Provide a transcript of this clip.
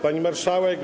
Pani Marszałek!